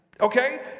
Okay